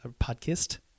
podcast